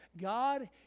god